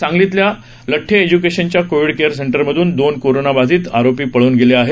सांगत्नीतल्या लठ्ठे एज्युकेशनच्या covid care सेंटरमधून दोन कोरोनाबाधित आरोपी पळून गेले आहेत